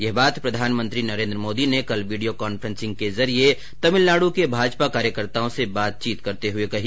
यह बात प्रधानमंत्री नरेंद्र मोदी ने कल वीडियो कोंफ्रेंसिंग के जरिये तमिलनाड् के भाजपा कार्यकर्ताओं से बातचीत करते हुए कही